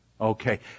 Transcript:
Okay